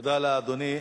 תודה לאדוני.